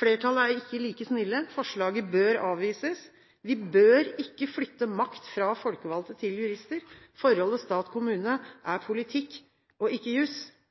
Flertallet er ikke like snilt. Forslaget bør avvises. Vi bør ikke flytte makt fra folkevalgte til jurister. Forholdet stat-kommune er politikk, ikke jus. Og helt på tampen: Hva er